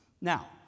Now